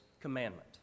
commandment